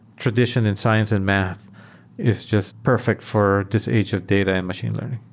tradition in science and math is just perfect for this age of data and machine learning.